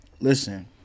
Listen